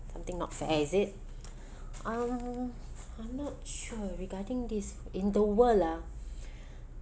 something not fair is it um I'm not sure regarding this in the world ah